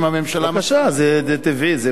בבקשה, זה טבעי, זה לגיטימי.